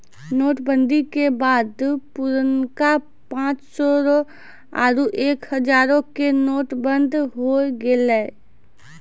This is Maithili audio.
नोट बंदी के बाद पुरनका पांच सौ रो आरु एक हजारो के नोट बंद होय गेलै